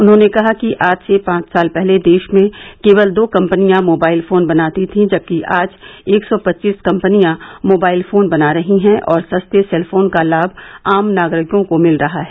उन्होंने कहा कि आज से पांच साल पहले देश में केवल दो कम्पनियां मोबाइल फोन बनाती थी जबकि आज एक सौ पच्चीस कम्पनियां मोबाइल फोन बना रही है और सस्ते सेलफोन का लाभ आम नागरिकों को मिल रहा है